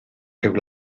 rhyw